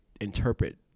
interpret